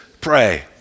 pray